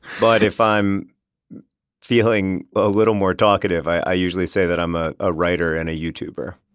but if i'm feeling a little more talkative, i usually say that i'm ah a writer and a youtuber.